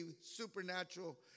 supernatural